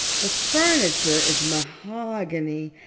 the furniture is mahogany.